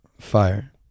fire